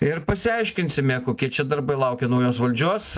ir pasiaiškinsime kokie čia darbai laukia naujos valdžios